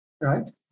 right